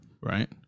right